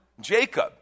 Jacob